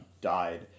died